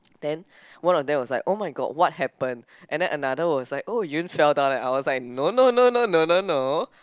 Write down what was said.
then one of them was like oh-my-god what happened and then other was like oh Yun fell down and I was like no no no no no no no